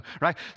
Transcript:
right